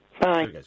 Bye